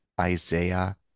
Isaiah